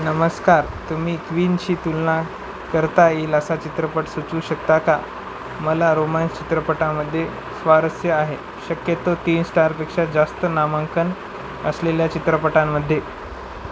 नमस्कार तुम्ही क्वीनशी तुलना करता येईल असा चित्रपट सुचवू शकता का मला रोमन्स चित्रपटामध्ये स्वारस्य आहे शक्यतो तीन स्टारपेक्षा जास्त नामांकन असलेल्या चित्रपटांमध्ये